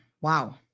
wow